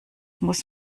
muss